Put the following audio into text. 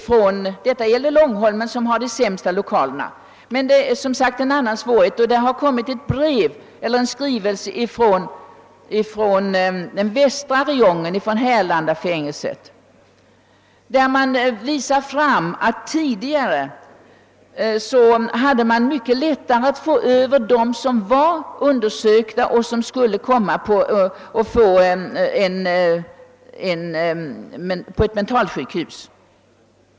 Från Härlandafängelset i den västra räjongen har överläkaren, rättspsykiater, sänt en skrivelse, där han påvisar att det tidigare var mycket lättare än i dag att föra över dem som var undersökta och behövde vård till ett mentalsjukhus.